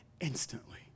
instantly